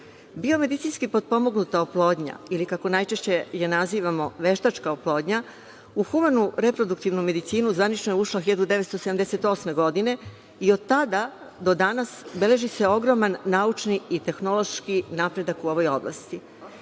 Biomedicinski potpomognuta oplodnja ili kako najčešće je nazivamo veštačka oplodnja u humanu reproduktivnu medicinu zvanično je ušla 1978. godine i od tada do danas beleži se ogroman naučni i tehnološki napredak u ovoj oblasti.